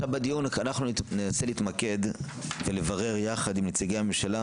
בדיון אנחנו ננסה להתמקד ולברר יחד עם נציגי הממשלה